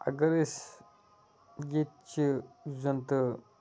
اَگر أسۍ یتِٚچہِ یُس زَن تہٕ